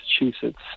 Massachusetts